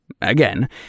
again